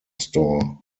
store